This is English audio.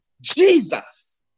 Jesus